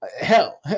hell